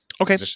Okay